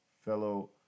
fellow